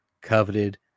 coveted